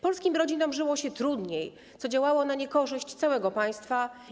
Polskim rodzinom żyło się trudniej, co działało na niekorzyść całego państwa.